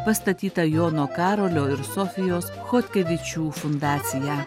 pastatytą jono karolio ir sofijos chodkevičių fundacija